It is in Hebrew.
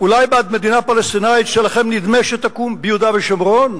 אולי בעד מדינה פלסטינית שלכם נדמה שתקום ביהודה ושומרון?